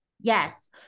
Yes